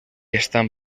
estan